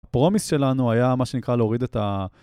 הפרומיס שלנו היה מה שנקרא להוריד את ה...